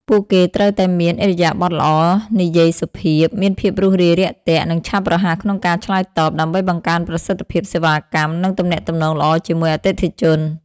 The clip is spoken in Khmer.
ពួកគេត្រូវតែមាន ឥរិយាបថល្អ និយាយសុភាព មានភាពរួសរាយរាក់ទាក់ និងឆាប់រហ័សក្នុងការឆ្លើយតប ដើម្បីបង្កើនប្រសិទ្ធភាពសេវាកម្ម និងទំនាក់ទំនងល្អជាមួយអតិថិជន។